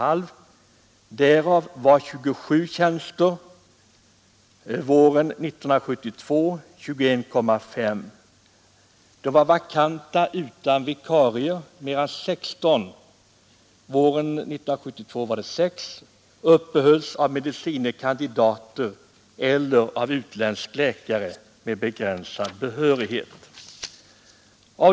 Därav var under hösten 27 tjänster och under våren 21,5 vakanta utan vikarier, medan 12 respektive 6 uppehölls av medicine kandidater eller av utländska läkare med begränsad behörighet.